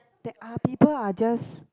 that are people are just